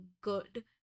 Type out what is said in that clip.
good